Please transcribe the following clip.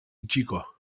itxiko